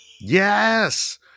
Yes